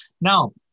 Now